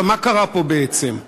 מה קרה פה בעצם?